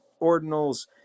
ordinals